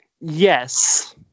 Yes